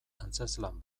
antzezlan